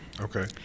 Okay